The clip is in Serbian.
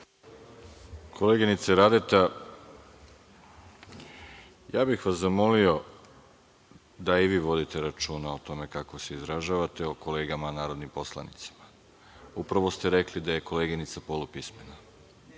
Koleginice Radeta, ja bih vas zamolio da i vi vodite računa o tome kako se izražavate o kolegama narodnim poslanicima. Upravo ste rekli da je koleginica polupismena.